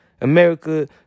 America